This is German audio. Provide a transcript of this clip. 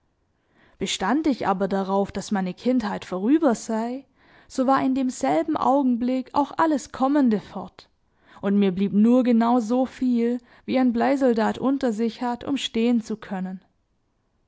bestand ich aber darauf daß meine kindheit vorüber sei so war in demselben augenblick auch alles kommende fort und mir blieb nur genau so viel wie ein bleisoldat unter sich hat um stehen zu können